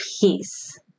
peace